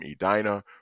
Edina